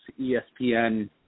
ESPN